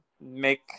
make